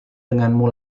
denganmu